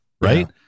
right